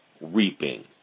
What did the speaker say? reaping